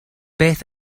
beth